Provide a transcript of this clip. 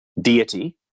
deity